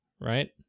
right